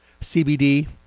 CBD